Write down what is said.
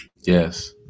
yes